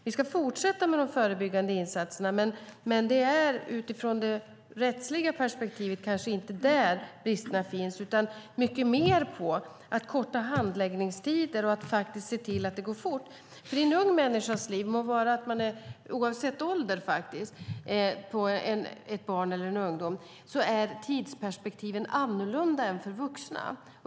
Vi ska fortsätta med de förebyggande insatserna, men det är utifrån det rättsliga perspektivet kanske inte där bristerna finns, utan vi måste satsa mycket mer på att korta handläggningstider och se till att det går fort. Oavsett ålder på ett barn eller en ung människa är tidsperspektivet annorlunda än för vuxna.